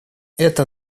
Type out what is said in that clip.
это